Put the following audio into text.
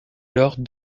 lors